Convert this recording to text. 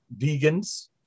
vegans